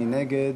מי נגד?